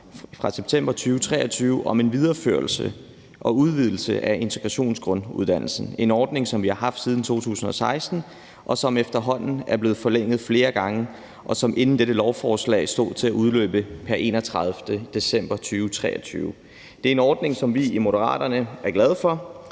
fra september 2023 om en videreførelse og udvidelse af integrationsgrunduddannelsen – en ordning, som vi har haft siden 2016, som efterhånden er blevet forlænget flere gange, og som inden dette lovforslag kom stod til at udløbe pr. 31. december 2023. Det er en ordning, som vi i Moderaterne er glade for.